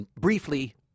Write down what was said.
briefly